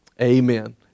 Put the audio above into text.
Amen